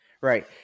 Right